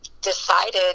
decided